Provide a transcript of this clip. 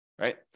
right